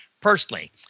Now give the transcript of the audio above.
personally